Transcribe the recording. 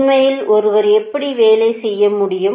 உண்மையில் ஒருவர் எப்படி வேலை செய்ய முடியும்